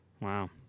Wow